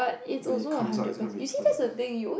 when it comes out it's gonna be two hundred plus